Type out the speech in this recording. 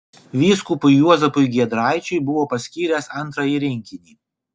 vyskupui juozapui giedraičiui buvo paskyręs antrąjį rinkinį